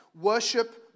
worship